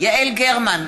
יעל גרמן,